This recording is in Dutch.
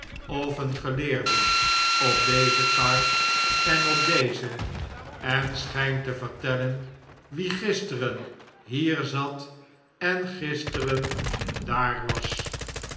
of een geleerde op deze kar en op deze en schijnt te vertellen wie gisteren hier zat en gisteren daar was